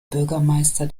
bürgermeister